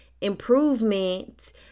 improvement